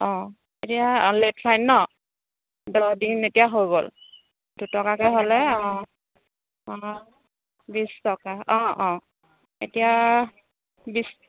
অঁ এতিয়া late fine ন দহ দিন এতিয়া হৈ গ'ল দুটকাকৈ হ'লে অঁ অঁ বিশ টকা অঁ অঁ এতিয়া বিশ